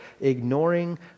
ignoring